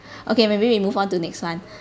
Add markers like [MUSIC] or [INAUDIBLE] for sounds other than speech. [BREATH] okay maybe we move on to next [one] [BREATH]